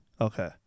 Okay